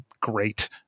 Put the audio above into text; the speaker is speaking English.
great